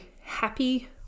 happy